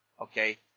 Okay